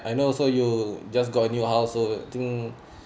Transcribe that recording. I know so you just got a new house so think